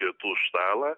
pietų stalą